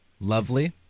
Lovely